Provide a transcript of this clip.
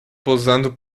posando